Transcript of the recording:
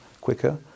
quicker